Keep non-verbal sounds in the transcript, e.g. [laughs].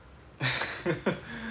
[laughs]